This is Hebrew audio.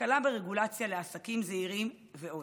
הקלה ברגולציה לעסקים זעירים ועוד.